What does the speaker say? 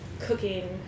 cooking